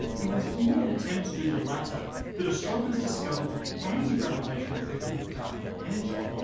it was in an attempt to do the latter that astronomers discovered the anti-gravitational effect of dark energy,